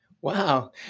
Wow